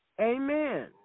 Amen